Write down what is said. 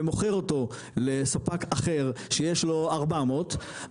ומוכר אותו לספק אחר שיש לו 400,